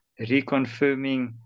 reconfirming